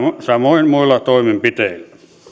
samoin muilla toimenpiteillä